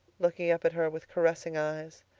looking up at her with caressing eyes.